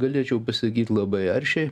galėčiau pasakyt labai aršiai